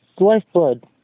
Lifeblood